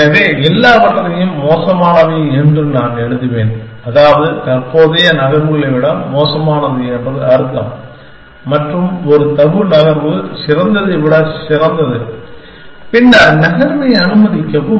எனவே எல்லாவற்றையும் மோசமானவை என்று நான் எழுதுவேன் அதாவது தற்போதைய நகர்வுகளை விட மோசமானது என்று அர்த்தம் மற்றும் ஒரு தபூ நகர்வு சிறந்ததை விட சிறந்தது பின்னர் நகர்வை அனுமதிக்கவும்